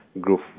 Group